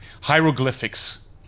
hieroglyphics